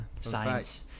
science